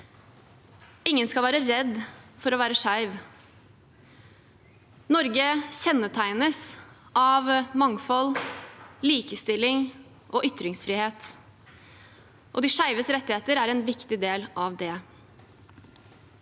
Ingen skal være redd for å være skeiv. Norge kjennetegnes av mangfold, likestilling og ytringsfrihet, og de skeives rettigheter er en viktig del av det.